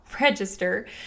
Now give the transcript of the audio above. register